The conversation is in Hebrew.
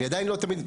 אני עדיין לא תמיד,